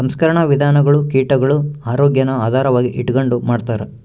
ಸಂಸ್ಕರಣಾ ವಿಧಾನಗುಳು ಕೀಟಗುಳ ಆರೋಗ್ಯಾನ ಆಧಾರವಾಗಿ ಇಟಗಂಡು ಮಾಡ್ತಾರ